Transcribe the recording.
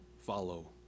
follow